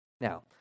Now